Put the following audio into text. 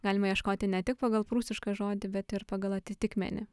galima ieškoti ne tik pagal prūsišką žodį bet ir pagal atitikmenį